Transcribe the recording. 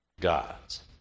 gods